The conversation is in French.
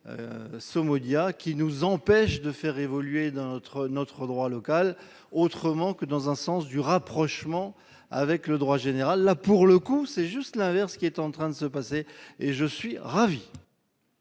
qui nous empêche de faire évoluer notre notre droit local autrement que dans un sens du rapprochement avec le droit général, là pour le coup, c'est juste l'inverse qui est en train de se passer et je suis ravi.